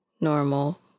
normal